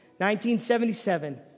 1977